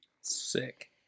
Sick